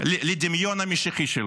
לדמיון המשיחי שלו.